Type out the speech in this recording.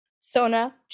sona